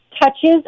touches